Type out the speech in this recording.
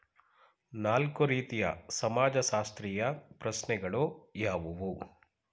ನಾಲ್ಕು ರೀತಿಯ ಸಮಾಜಶಾಸ್ತ್ರೀಯ ಪ್ರಶ್ನೆಗಳು ಯಾವುವು?